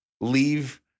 leave